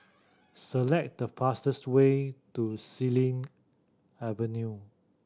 select the fastest way to Xilin Avenue